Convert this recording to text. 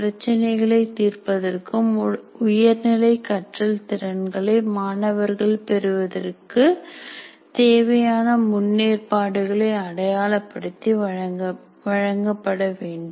பிரச்சனைகளை தீர்ப்பதற்கும் உயர்நிலை கற்றல் திறன்களை மாணவர்கள் பெறுவதற்கு தேவையான முன்னேற்பாடுகளை அடையாளப்படுத்தி வழங்கப்படவேண்டும்